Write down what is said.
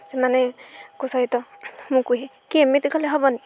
ସେମାନଙ୍କ ସହିତ ମୁଁ କୁହେ କି ଏମିତି କଲେ ହେବନି